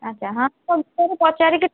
ଆଚ୍ଛା ଭିତରୁ ପଚାରିକି